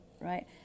right